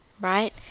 right